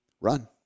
run